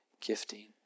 gifting